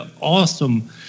awesome